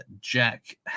Jack